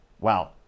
Wow